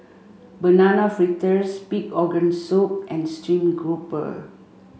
banana fritters pig organ soup and stream grouper